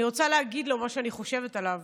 אני רוצה להגיד לו מה שאני חושבת עליו